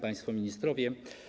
Państwo Ministrowie!